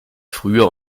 früher